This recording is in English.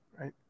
Right